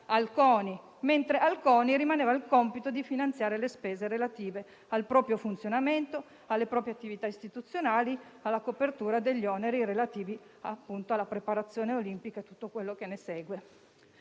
al CONI, mentre a quest'ultimo rimaneva il compito di finanziare le spese relative al proprio funzionamento, alle proprie attività istituzionali e alla copertura degli oneri relativi alla preparazione olimpica e a tutto quello che ne consegue.